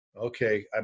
Okay